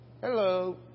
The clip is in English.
Hello